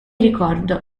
ricordo